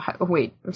Wait